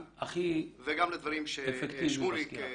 וגם לדבריו של שמוליק.